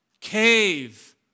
cave